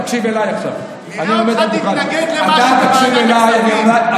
תקשיב להבא, אתה תקשיב לי עכשיו.